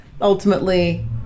ultimately